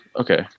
Okay